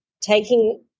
taking